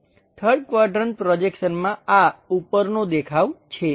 3rd quadrant પ્રોજેક્શનમાં આ ઉપરનો દેખાવ છે